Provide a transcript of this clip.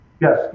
Yes